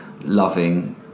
loving